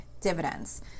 dividends